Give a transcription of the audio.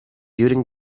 during